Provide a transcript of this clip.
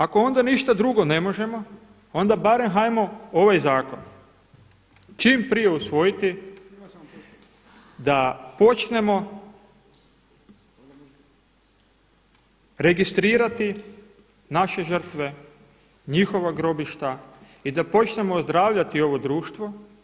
Ako onda ništa drugo ne možemo onda barem hajmo ovaj zakon čim prije usvojiti da počnemo registrirati naše žrtve, njihova grobišta i da počnemo ozdravljati ovo društvo.